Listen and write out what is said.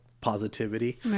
positivity